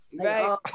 Right